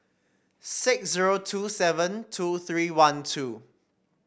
six zero two seven two three one two